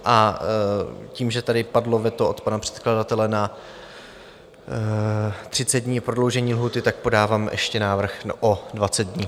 A tím, že tady padlo veto od pana předkladatele na 30 dní prodloužení lhůty, podávám ještě návrh o 20 dní.